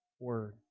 Word